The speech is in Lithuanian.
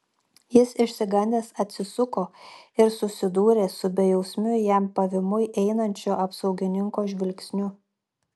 jis išsigandęs atsisuko ir susidūrė su bejausmiu jam pavymui einančio apsaugininko žvilgsniu